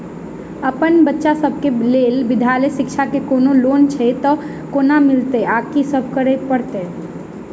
अप्पन बच्चा सब केँ लैल विधालय शिक्षा केँ कोनों लोन छैय तऽ कोना मिलतय आ की सब करै पड़तय